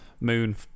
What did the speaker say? moon